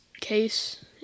case